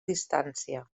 distància